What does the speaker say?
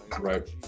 Right